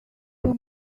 too